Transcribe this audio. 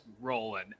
rolling